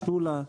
שתולה,